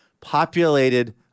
populated